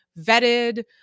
vetted